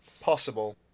possible